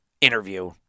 interview